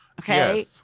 Okay